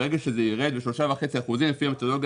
ברגע שזה ירד ל-3.5% לפי המתודולוגיה